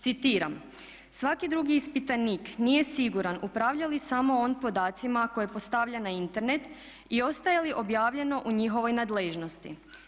Citiram: "Svaki drugi ispitanik nije siguran upravlja li samo on podacima koje postavlja na Internet i ostaje li objavljeno u njihovoj nadležnosti"